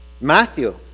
Matthew